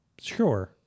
sure